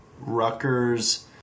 Rutgers